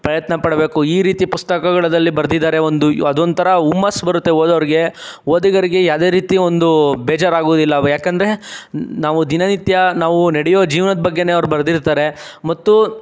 ಪ್ರಯತ್ನ ಪಡಬೇಕು ಈ ರೀತಿ ಪುಸ್ತಕಗಳಲ್ಲಿ ಬರೆದಿದ್ದಾರೆ ಒಂದು ಅದೊಂದು ಥರ ಹುಮ್ಮಸ್ಸ್ ಬರುತ್ತೆ ಓದೋರಿಗೆ ಓದುಗರಿಗೆ ಯಾವುದೇ ರೀತಿ ಒಂದು ಬೇಜಾರಾಗೋದಿಲ್ಲ ಯಾಕಂದರೆ ನಾವು ದಿನ ನಿತ್ಯ ನಾವು ನಡೆಯೋ ಜೀವನದ ಬಗ್ಗೆನೆ ಅವ್ರು ಬರೆದಿರ್ತಾರೆ ಮತ್ತು